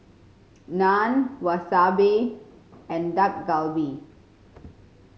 Naan Wasabi and Dak Galbi